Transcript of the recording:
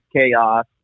chaos